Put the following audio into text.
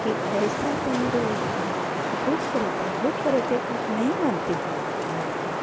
कि ऐसा तुम्हारे भूत प्रेत अ भूत प्रेत ये कुछ नहीं मानते हूँ मैंने